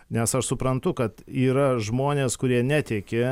nes aš suprantu kad yra žmonės kurie netiki